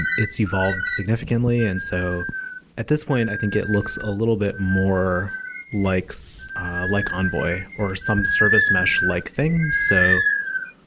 and it's evolved significantly. and so at this point, i think it looks a little bit more like like envoy, or some service mesh-like things. so